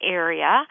area